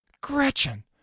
Gretchen